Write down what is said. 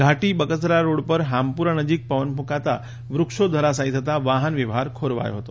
ઘાટી Bagasara road પર હામપુરા નજીક પવન કુંકાતા વૃક્ષો ધરાશયી થતા વાહનવ્યવહાર ખોરવાયો હતો